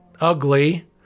ugly